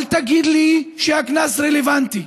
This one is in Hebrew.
אל תגיד לי שהקנס רלוונטי,